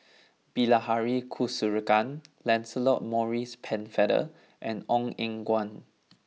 Bilahari Kausikan Lancelot Maurice Pennefather and Ong Eng Guan